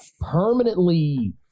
permanently